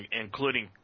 including